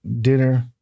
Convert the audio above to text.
dinner